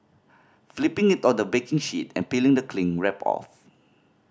flipping it on the baking sheet and peeling the cling wrap off